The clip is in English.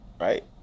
right